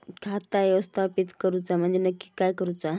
खाता व्यवस्थापित करूचा म्हणजे नक्की काय करूचा?